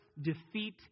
defeat